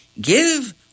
give